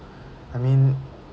I mean